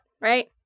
Right